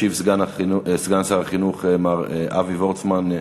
ישיב סגן שר החינוך אבי וורצמן.